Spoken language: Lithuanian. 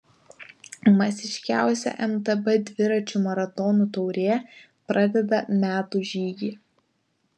masiškiausia mtb dviračių maratonų taurė pradeda metų žygį